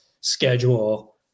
schedule